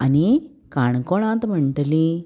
आनी काणकोणांत म्हणटली